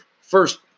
first